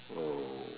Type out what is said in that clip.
oh